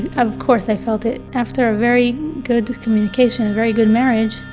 of course i felt it. after ah very good communication, very good marriage,